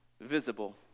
visible